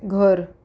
घर